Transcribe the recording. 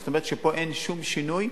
זאת אומרת, שאין פה שום שינוי,